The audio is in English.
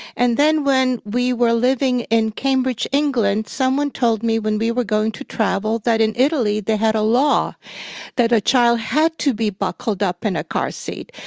and then when we were living in cambridge, england, someone told me when we were going to travel that in italy they had a law that a child had to be buckled up in a car seat.